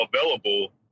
available